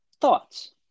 Thoughts